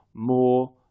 more